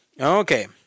okay